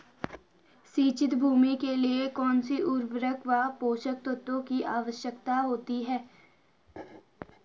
सिंचित भूमि के लिए कौन सी उर्वरक व पोषक तत्वों की आवश्यकता होती है?